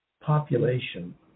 population